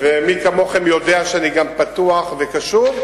ומי כמוכם יודע שאני גם פתוח וקשוב,